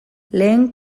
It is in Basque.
lehen